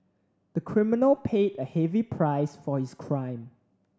the criminal paid a heavy price for his crime